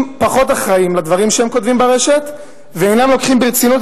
פחות אחראים לדברים שהם כותבים ברשת ואינם לוקחים ברצינות